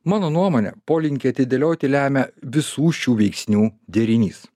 mano nuomone polinkį atidėlioti lemia visų šių veiksnių derinys